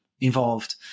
involved